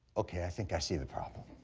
okay. i think i see the problem.